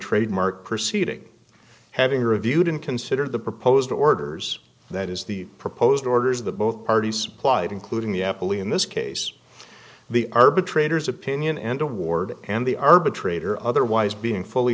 trademark proceeding having reviewed and consider the proposed orders that is the proposed orders of the both parties supplied including the apple e in this case the arbitrators opinion and award and the arbitrator otherwise being fully